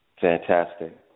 fantastic